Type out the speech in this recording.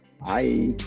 Bye